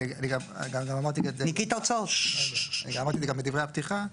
אני אמרתי את זה גם בדברי הפתיחה.